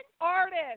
Artist